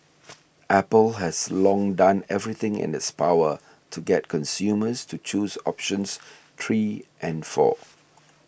apple has long done everything in its power to get consumers to choose options three and four